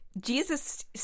Jesus